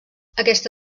aquesta